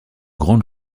grande